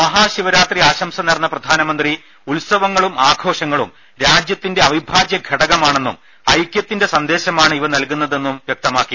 മഹാശിവരാത്രി ആശംസ നേർന്ന പ്രധാനമന്ത്രി ഉത്സവങ്ങളും ആഘോഷങ്ങളും രാജ്യത്തിന്റെ അവിഭാജ്യഘടകമാണെന്നും ഐക്യ ത്തിന്റെ സന്ദേശമാണ് ഇവ നൽകുന്നതെന്നും വ്യക്തമാക്കി